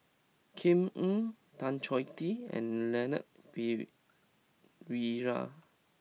Kam Ning Tan Choh Tee and Leon Pere